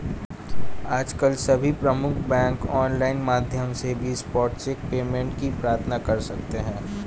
आजकल सभी प्रमुख बैंक ऑनलाइन माध्यम से भी स्पॉट चेक पेमेंट की प्रार्थना कर सकते है